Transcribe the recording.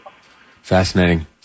Fascinating